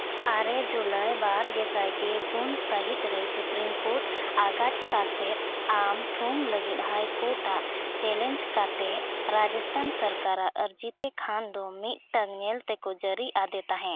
ᱟᱨᱮ July ᱵᱟᱨ ᱜᱮᱥᱟᱭ ᱜᱮᱯᱩᱱ ᱥᱟᱹᱦᱤᱛ ᱨᱮ ᱥᱩᱯᱨᱤᱢᱠᱳᱨᱴ ᱟᱜᱟᱪᱷ ᱥᱟᱥᱮᱫ ᱟᱢ ᱛᱷᱩᱢ ᱞᱟᱹᱜᱤᱫ ᱦᱟᱭᱠᱳᱨᱴ ᱟᱜ ᱪᱮᱞᱮᱧᱡᱽ ᱠᱟᱛᱮᱫ ᱨᱟᱡᱚᱥᱛᱷᱟᱱ ᱥᱚᱨᱠᱟᱨᱟᱜ ᱟᱹᱨᱡᱤ ᱛᱮ ᱠᱷᱟᱱ ᱫᱚ ᱢᱤᱫᱴᱟᱱ ᱧᱮᱞ ᱛᱮᱠᱚ ᱡᱟᱹᱨᱤ ᱟᱫᱮ ᱛᱟᱦᱮᱸᱫ